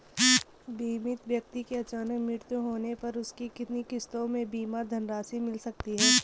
बीमित व्यक्ति के अचानक मृत्यु होने पर उसकी कितनी किश्तों में बीमा धनराशि मिल सकती है?